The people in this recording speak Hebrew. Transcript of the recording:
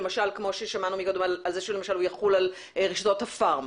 למשל כמו ששמענו על זה שהוא יחול על רשתות הפארם.